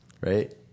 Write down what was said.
right